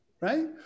right